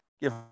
give